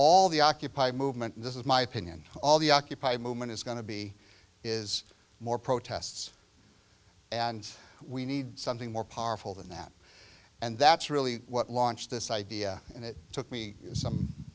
all the occupy movement and this is my opinion all the occupy movement is going to be is more protests and we need something more powerful than that and that's really what launched this idea and it took me some